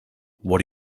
what